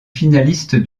finaliste